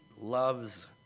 loves